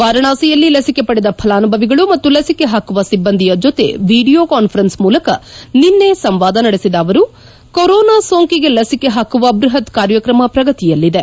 ವಾರಾಣಸಿಯಲ್ಲಿ ಲಸಿಕೆ ಪಡೆದ ಫಲಾನುಭವಿಗಳು ಮತ್ತು ಲಸಿಕೆ ಹಾಕುವ ಸಿಬ್ಬಂದಿಯ ಜೊತೆ ವಿಡಿಯೋ ಕಾನ್ವರೆನ್ಸ್ ಮೂಲಕ ನಿನ್ನೆ ಸಂವಾದ ನಡೆಸಿದ ಅವರು ಕೊರೊನಾ ಸೋಂಕಿಗೆ ಲಸಿಕೆ ಪಾಕುವ ಬ್ಲಹತ್ ಕಾರ್ಯಕ್ರಮ ಪ್ರಗತಿಯಲ್ಲಿದೆ